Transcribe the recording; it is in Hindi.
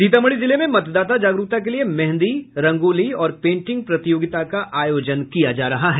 सीतामढ़ी जिले में मतदाता जागरूकता के लिए मेंहदी रंगोली और पेंटिंग प्रतियोगिता का आयोजन किया जा रहा है